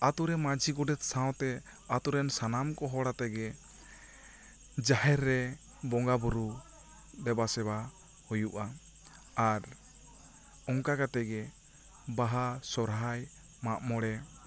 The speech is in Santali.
ᱟᱛᱳ ᱨᱮᱱ ᱢᱟᱹᱱᱡᱷᱤ ᱜᱚᱰᱮᱛ ᱥᱟᱶ ᱛᱮ ᱟᱛᱳ ᱨᱮᱱ ᱥᱟᱱᱟᱢ ᱠᱚ ᱦᱚᱲᱟ ᱛᱮᱜᱮ ᱜᱮ ᱡᱟᱦᱮᱨ ᱨᱮ ᱵᱚᱸᱜᱟ ᱵᱳᱨᱳ ᱫᱮᱵᱟ ᱥᱮᱵᱟ ᱦᱩᱭᱩᱜᱼᱟ ᱟᱨ ᱚᱱᱠᱟ ᱠᱟᱛᱮᱜᱮ ᱜᱮ ᱵᱟᱦᱟ ᱥᱚᱨᱦᱟᱭ ᱟᱨ ᱢᱟᱜ ᱢᱚᱬᱮ